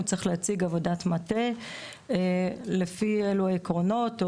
אז הוא צריך להציג עבודת מטה לפי אלו עקרונות,